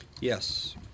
Yes